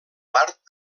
part